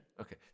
Okay